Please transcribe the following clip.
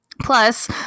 plus